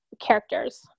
characters